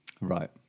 Right